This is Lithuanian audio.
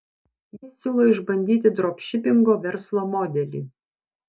jis siūlo išbandyti dropšipingo verslo modelį